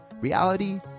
Reality